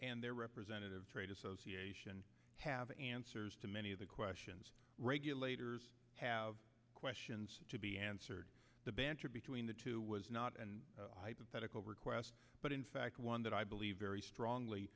and their representative trade association have answers to many of the questions regulators have questions to be answered the banter between the two was not and i pathetic over qwest but in fact one that i believe very strongly